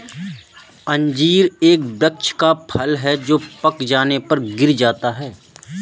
अंजीर एक वृक्ष का फल है जो पक जाने पर गिर जाता है